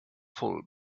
full